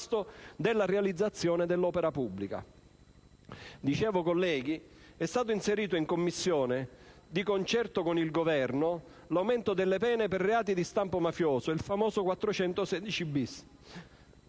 della realizzazione dell'opera pubblica. Dicevo, colleghi, che è stato inserito in Commissione, di concerto con il Governo, l'aumento delle pene per reati di stampo mafioso, il famoso articolo